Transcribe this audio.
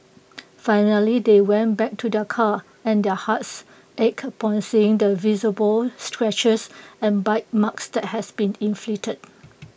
finally they went back to their car and their hearts ached upon seeing the visible scratches and bite marks that had been inflicted